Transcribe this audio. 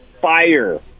fire